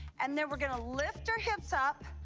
and then we're gonna lift our hips up.